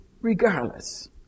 regardless